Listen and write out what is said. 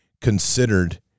considered